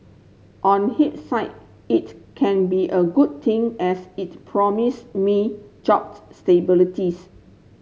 on it can be a good thing as it promise me job